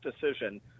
decision